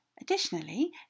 Additionally